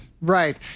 Right